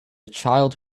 child